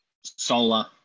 solar